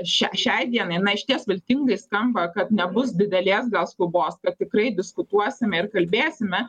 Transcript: šia šiai dienai na išties viltingai skamba kad nebus didelės gal skubos kad tikrai diskutuosime ir kalbėsime